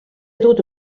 dut